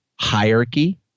hierarchy